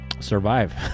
survive